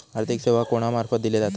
आर्थिक सेवा कोणा मार्फत दिले जातत?